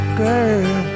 girl